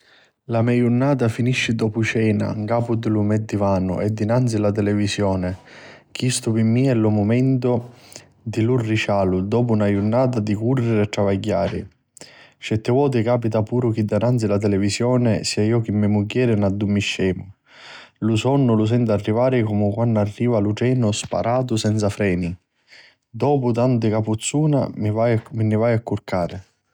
La me jurnata finisci dopu cena 'n capu di lu me divanu e davanzi a la televisioni, chistu pi mia è lu mumentu di lu ricialu dopu na jurnata di cùrriri e travagghiari. Certi voti càpita puru chi davanzi a la televisioni sia iu chi me mugghieri n'addurmiscemu. Lu sonnu iu lu sentu arrivari comu quannu arriva un trenu sparatu senza freni. Dopu tanti capuzzuna mi vaiu a curcari.